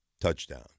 touchdown